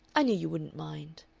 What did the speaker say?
i knew you wouldn't mind.